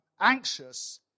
anxious